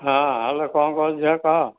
ହଁ ହ୍ୟାଲୋ କ'ଣ କହୁଛୁ ଝିଅ କହ